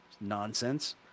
nonsense